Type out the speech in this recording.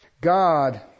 God